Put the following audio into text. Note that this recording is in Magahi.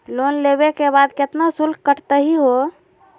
लोन लेवे के बाद केतना शुल्क कटतही हो?